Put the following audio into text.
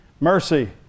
Mercy